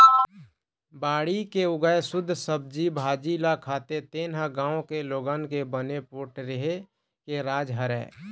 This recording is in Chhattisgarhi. बाड़ी के उगाए सुद्ध सब्जी भाजी ल खाथे तेने ह गाँव के लोगन के बने पोठ रेहे के राज हरय